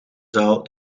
zaal